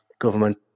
Government